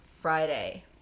friday